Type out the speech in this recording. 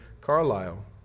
Carlisle